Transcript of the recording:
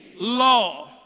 law